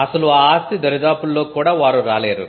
అసలు ఆ ఆస్తి దరిదాపుల్లోకి కూడా వారు రాలేరు